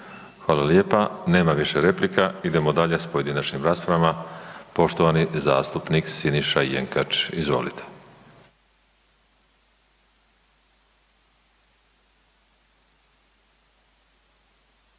hvala lijepa. Nema više replika, idemo dalje s pojedinačnim raspravama, poštovani zastupnik Siniša Jenkač, izvolite.